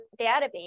database